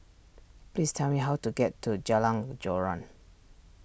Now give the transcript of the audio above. please tell me how to get to Jalan Joran